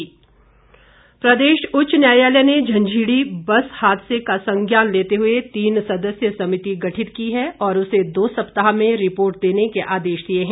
high court प्रदेश उच्च न्यायालय ने झंझीड़ी बस हादसे का संज्ञान लेते हुए तीन सदस्यीय समिति गठित की है और उसे दो सप्ताह में रिपोर्ट देने के आदेश दिए हैं